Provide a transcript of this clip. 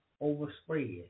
overspread